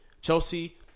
Chelsea